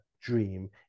dream